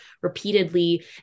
repeatedly